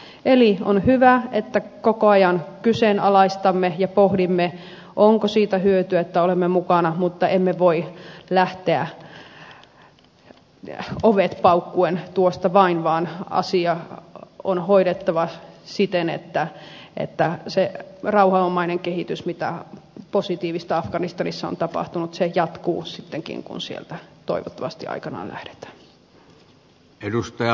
eli on hyvä että koko ajan kyseenalaistamme ja pohdimme onko siitä hyötyä että olemme mukana mutta emme voi lähteä ovet paukkuen tuosta vain vaan asia on hoidettava siten että se rauhanomainen kehitys mitä positiivista afganistanissa on tapahtunut jatkuu sittenkin kun sieltä toivottavasti aikanaan lähdetään